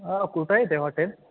कुठं आहे ते हॉटेल